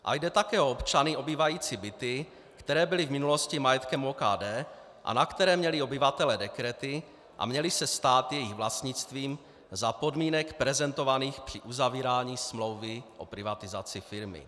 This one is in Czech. A jde také o občany obývající byty, které byly v minulosti majetkem OKD a na které měli obyvatelé dekrety a měly se stát jejich vlastnictvím za podmínek prezentovaných při uzavírání smlouvy o privatizaci firmy.